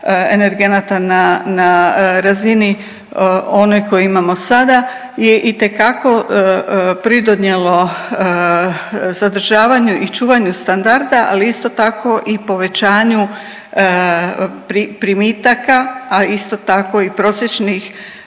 energenata na razini onoj koju imamo sada je itekako pridonijelo zadržavanju i čuvanju standarda, ali isto tako i povećanju primitaka, a isto tako i prosječnih